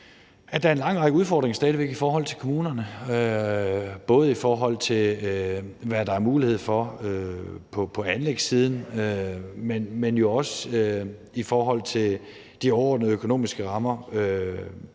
væk er en lang række udfordringer i forhold til kommunerne. Det er både i forhold til, hvad der er mulighed for på anlægssiden, men jo også i forhold til de overordnede økonomiske rammer.